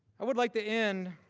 i would like to end